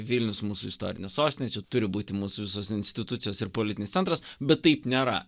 vilnius mūsų istorinė sostinė čia turi būti mūsų visos institucijos ir politinis centras bet taip nėra